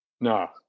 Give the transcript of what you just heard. No